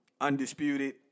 undisputed